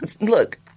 Look